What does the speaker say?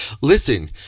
listen